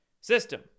system